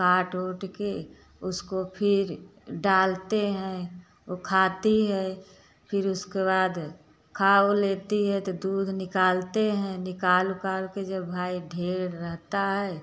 काट ओट के उसको फिर डालते हैं ओ खाती है फिर उसके बाद खा ओ लेती है तो दूध निकालते हैं निकाल ओकाल के जब भाई ढेर रहता है